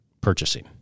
purchasing